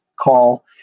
call